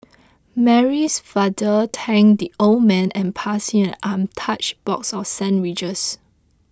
Mary's father thanked the old man and passed him an untouched box of sandwiches